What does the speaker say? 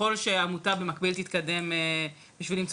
ככל שהעמותה במקביל תתקדם בשביל למצוא